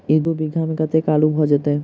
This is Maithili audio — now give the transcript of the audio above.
दु बीघा मे कतेक आलु भऽ जेतय?